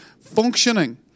functioning